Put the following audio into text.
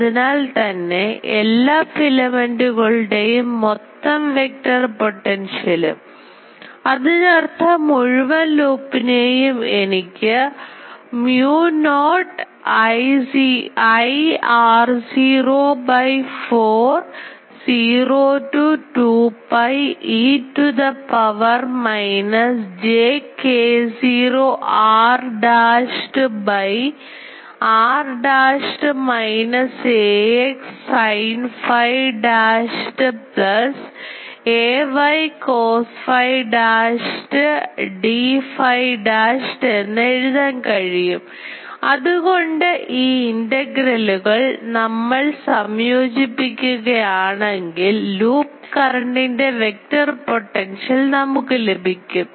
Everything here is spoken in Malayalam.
അതിനാൽ തന്നെ എല്ലാ ഫിലമെന്റുകളുടെയും മൊത്തം വെക്റ്റർ പൊട്ടൻഷ്യലും അതിനർത്ഥം മുഴുവൻ ലൂപ്പിനെയും എനിക്ക് mu not I r0 by 4 pi 0 to 2 pi e to the power minus j k0 r dashed by r dashed minus ax sin phi dashed plus ay cos phi dashed d phi dashed എന്ന് എഴുതാൻ കഴിയും അതുകൊണ്ട് ഈ ഇന്റഗ്രലുകൾ നമ്മൾ സംയോജിപ്പിക്കുക ആണെങ്കിൽ ലൂപ്പ് കറൻറ്ൻറെ വെക്ടർ പൊട്ടൻഷ്യൽ നമുക്കു ലഭിക്കും